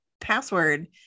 password